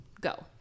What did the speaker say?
go